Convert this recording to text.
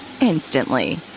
instantly